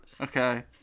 Okay